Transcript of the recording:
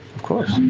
of course.